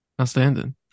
Outstanding